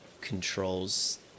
controls